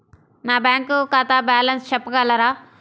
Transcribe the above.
నా బ్యాంక్ ఖాతా బ్యాలెన్స్ చెప్పగలరా?